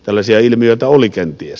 tällaisia ilmiöitä oli kenties